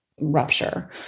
rupture